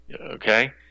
Okay